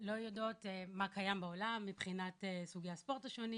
הן לא יודעות מה קיים בעולם מבחינת סוגי הספורט השונים.